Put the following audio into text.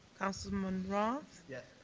councilman roth. yes.